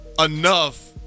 enough